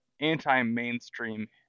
anti-mainstream